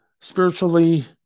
spiritually